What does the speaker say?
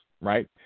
right